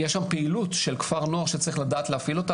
יש שם פעילות של כפר נוער שצריך לדעת להפעיל אותה.